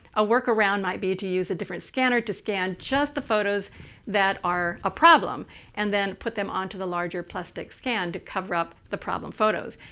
a workaround might be to use a different scanner to scan just the photos that are a problem and then put them onto the larger plustek scan to cover up the problem photos.